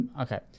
okay